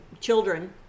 children